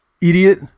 Idiot